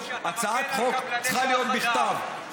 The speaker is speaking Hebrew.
הצעת חוק צריכה להיות בכתב,